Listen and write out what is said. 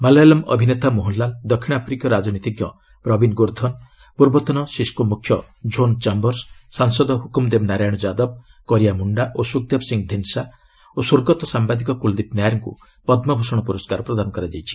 ମାଲୟାଲମ୍ ଅଭିନେତା ମୋହନଲାଲ୍ ଦକ୍ଷିଣ ଆଫ୍ରିକୀୟ ରାଜନୀତିଜ୍ଞ ପ୍ରବୀନ୍ ଗୋର୍ଦ୍ଧନ୍ ପୂର୍ବତନ ସିସ୍କୋ ମୁଖ୍ୟ ଝୋନ୍ ଚାୟର୍ସ ସାଂସଦ ହୁକୁମ୍ଦେବ ନାରାୟଣ ଯାଦବ କରିଆ ମୁଣ୍ଡା ଓ ଶୁଖ୍ଦେବ ସିଂ ଧୀଣ୍ଡ୍ସା ଓ ସ୍ୱର୍ଗତ ସାମ୍ଭାଦିକ କୁଲ୍ଦୀପ୍ ନାୟାର୍ଙ୍କୁ ପଦ୍ମଭୂଷଣ ପୁରସ୍କାର ପ୍ରଦାନ କରାଯାଇଛି